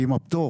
הפטור.